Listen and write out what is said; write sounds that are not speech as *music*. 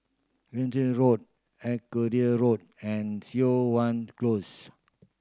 *unintelligible* Road Arcadia Road and Siok Wan Close